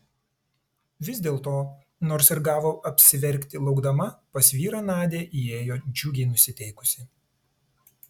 vis dėlto nors ir gavo apsiverkti laukdama pas vyrą nadia įėjo džiugiai nusiteikusi